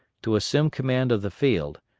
to assume command of the field,